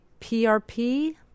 PRP